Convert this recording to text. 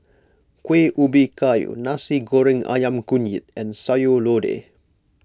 Kueh Ubi Kayu Nasi Goreng Ayam Kunyit and Sayur Lodeh